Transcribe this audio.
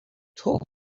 talking